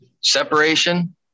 separation